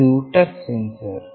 ಇದು touch sensor